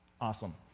Awesome